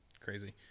crazy